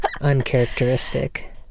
uncharacteristic